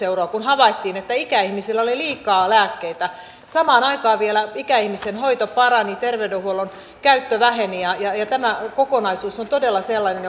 euroa kun havaittiin että ikäihmisillä oli liikaa lääkkeitä samaan aikaan vielä ikäihmisten hoito parani terveydenhuollon käyttö väheni tämä kokonaisuus on todella sellainen